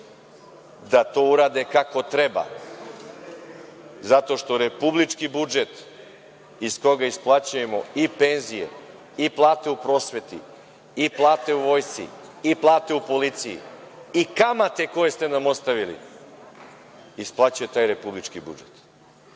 da to urade kako treba, zato što republički budžet, iz koga isplaćujemo i penzije i plate u prosveti i plate u vojsci i plate u policiji i kamate koje ste nam ostavili, isplaćuje taj republički budžet. Ako